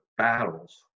battles